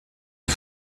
ihm